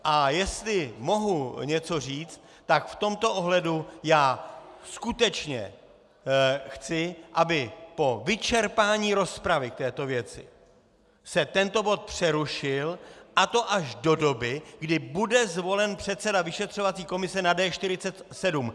A jestli mohu něco říct, tak v tomto ohledu já skutečně chci po vyčerpání rozpravy k této věci, aby se tento bod přerušil až do doby, kdy bude zvolen předseda vyšetřovací komise na D47.